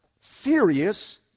serious